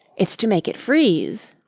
it's to make it freeze.